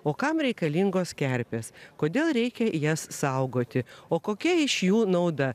o kam reikalingos kerpės kodėl reikia jas saugoti o kokia iš jų nauda